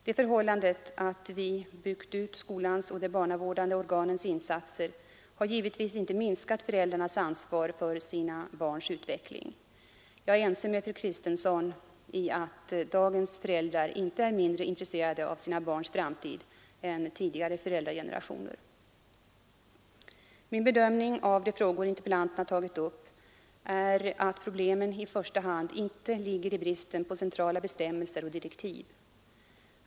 Det förhållandet att vi byggt ut skolans och de barnavårdande organens insatser har givetvis inte minskat föräldrarnas ansvar för sina barns utveckling. Jag är ense med fru Kristensson om att dagens föräldrar inte är mindre intresserade av sina barns framtid än tidigare föräldragenerationer. Min bedömning av de frågor interpellanterna tagit upp är att problemen i första hand inte ligger i bristen på centrala bestämmelser och direktiv.